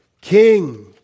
King